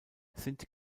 sind